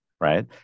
right